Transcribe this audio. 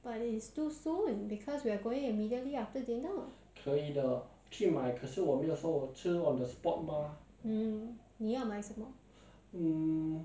the place 也是可以咯但是只是买给你啊那天 you I didn't know you gonna buy for the whole family